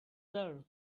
sir